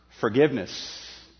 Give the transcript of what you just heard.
forgiveness